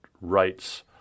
rights